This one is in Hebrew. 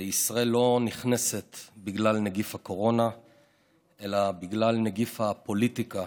ישראל לא נכנסת בגלל נגיף הקורונה אלא בגלל נגיף הפוליטיקה,